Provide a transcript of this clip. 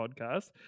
podcast